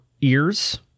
ears